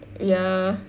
ya